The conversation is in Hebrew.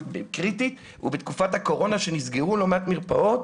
בתקופת הקורונה כשנסגרו לא מעט מרפאות,